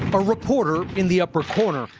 a reporter, in the upper corner,